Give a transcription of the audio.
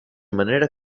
manera